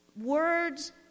Words